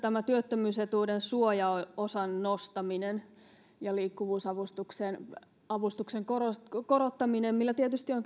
kyseessä työttömyysetuuden suojaosan nostaminen ja liikkuvuusavustuksen korottaminen millä tietysti on